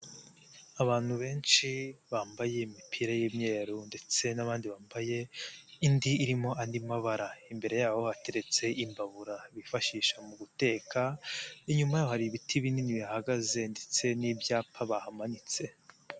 Abantu benshi bambaye imipira y'imweru ndetse n'abandi bambaye, indi irimo andi mabara, imbere yabo bateretse imbabura, bifashisha mu guteka, inyuma hari ibiti binini bihagaze ndetse n'ibyapa bahamanitse.